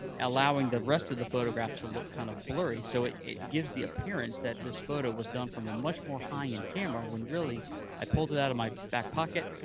allowing the rest of the photograph to look kind of blurry, so it it gives the appearance that this photo was done from a much more high-end camera, when really i pulled it out of my back pocket,